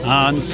on